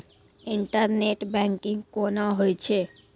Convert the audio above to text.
Internet banking कोना होय छै?